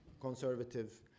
conservative